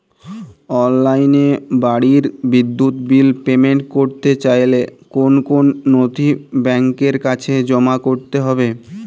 অনলাইনে বাড়ির বিদ্যুৎ বিল পেমেন্ট করতে চাইলে কোন কোন নথি ব্যাংকের কাছে জমা করতে হবে?